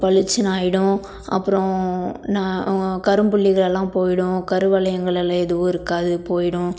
பளீச்சுன்னு ஆகிடும் அப்புறம் நா கரும்புள்ளிகளெல்லாம் போய்விடும் கருவளையங்கள் எல்லாம் எதுவும் இருக்காது போய்விடும்